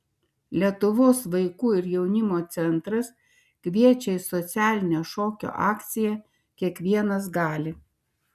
lietuvos vaikų ir jaunimo centras kviečia į socialinę šokio akciją kiekvienas gali